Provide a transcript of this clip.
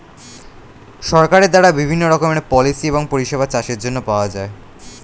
সরকারের দ্বারা বিভিন্ন রকমের পলিসি এবং পরিষেবা চাষের জন্য পাওয়া যায়